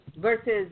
versus